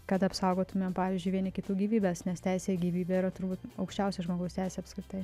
kad apsaugotumėm pavyzdžiui vieni kitų gyvybes nes teisė į gyvybę yra turbūt aukščiausia žmogaus teisė apskritai